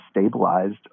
stabilized